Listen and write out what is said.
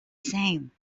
same